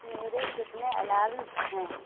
میرے کتنے الارمز ہیں